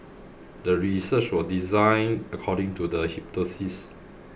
the research was designed according to the hypothesis